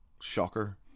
Shocker